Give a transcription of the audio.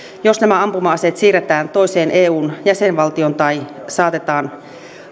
jos nämä ampuma aseet siirretään toiseen eun jäsenvaltioon tai saatetaan